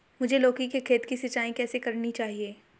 मुझे लौकी के खेत की सिंचाई कैसे करनी चाहिए?